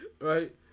right